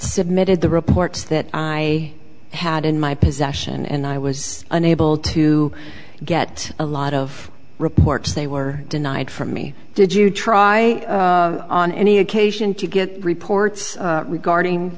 submitted the reports that i had in my possession and i was unable to get a lot of reports they were denied for me did you try on any occasion to get reports regarding